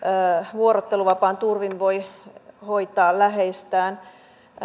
vuorotteluvapaan turvin voi hoitaa läheistään